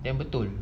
then betul